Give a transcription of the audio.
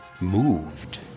moved